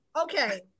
okay